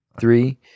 Three